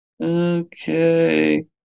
Okay